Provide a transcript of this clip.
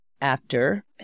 actor